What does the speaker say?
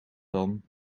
dan